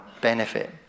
benefit